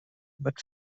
but